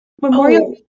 memorial